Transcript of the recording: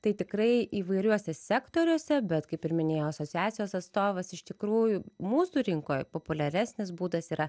tai tikrai įvairiuose sektoriuose bet kaip ir minėjo asociacijos atstovas iš tikrųjų mūsų rinkoje populiaresnis būdas yra